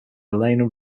eleanor